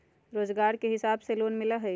रोजगार के हिसाब से लोन मिलहई?